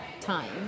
time